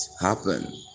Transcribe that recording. happen